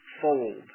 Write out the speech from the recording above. fold